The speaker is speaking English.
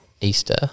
Easter